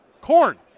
Corn